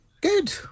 Good